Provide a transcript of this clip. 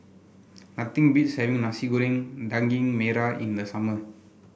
nothing beats having Nasi Goreng Daging Merah in the summer